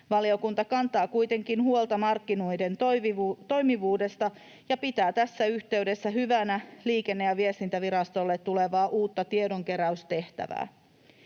Valiokunta kantaa kuitenkin huolta markkinoiden toimivuudesta ja pitää tässä yhteydessä hyvänä Liikenne- ja viestintävirastolle tulevaa uutta tiedonkeräystehtävää.